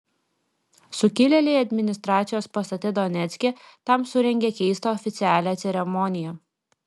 sukilėliai administracijos pastate donecke tam surengė keistą oficialią ceremoniją